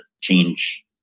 change